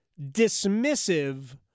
dismissive